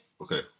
Okay